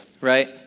Right